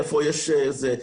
איפה יש זה...